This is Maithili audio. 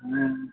हूँ